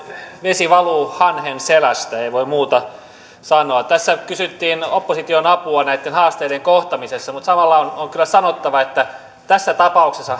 vesi valuu hanhen selästä ei voi muuta sanoa tässä kysyttiin opposition apua näitten haasteiden kohtaamisessa mutta samalla on kyllä sanottava että tässä tapauksessa